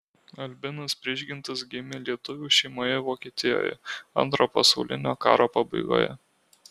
albinas prižgintas gimė lietuvių šeimoje vokietijoje antro pasaulinio karo pabaigoje